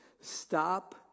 stop